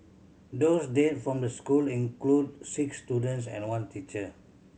those dead from the school include six students and one teacher